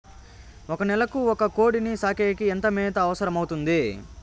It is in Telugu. ఒక నెలకు ఒక కోడిని సాకేకి ఎంత మేత అవసరమవుతుంది?